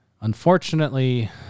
Unfortunately